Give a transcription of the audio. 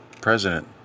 president